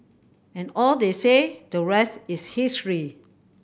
and all they say the rest is history